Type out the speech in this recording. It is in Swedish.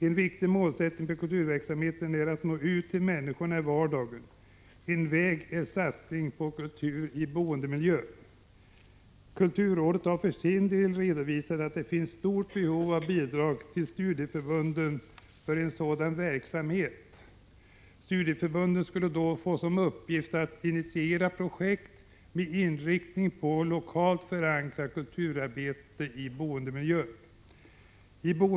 En viktig målsättning för kulturverksamheten är att nå ut till människorna i vardagen. En väg är satsning på kultur i boendemiljön. Kulturrådet har för sin del redovisat att det finns stort behov av bidrag till studieförbunden för sådan verksamhet. Studieförbunden skulle då få som uppgift att initiera projekt med inriktning på lokalt förankrat kulturarbete i boendemiljön.